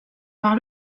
par